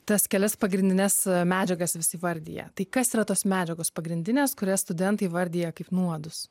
tas kelias pagrindines medžiagas vis įvardija tai kas yra tos medžiagos pagrindinės kurias studentai įvardija kaip nuodus